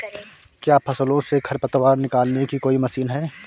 क्या फसलों से खरपतवार निकालने की कोई मशीन है?